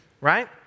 Right